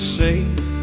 safe